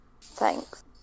thanks